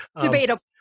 Debatable